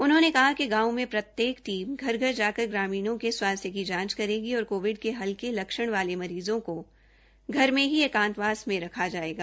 उन्होंने कहा कि गांवों में प्रत्येक टीम घर घर जाकर ग्रामीणों के स्वास्थ्य की जांच करेगी और कोविड के हलके लक्षण वाले मरीज़ों को घर मे ही एकांतवास में रखा जायेगा